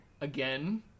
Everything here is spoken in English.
again